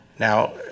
Now